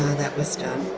that was done.